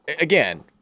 again